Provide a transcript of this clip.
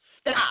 stop